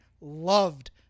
loved